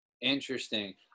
Interesting